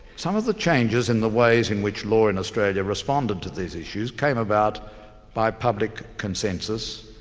some of the changes in the ways in which law in australia responded to these issues came about by public consensus,